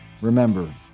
Remember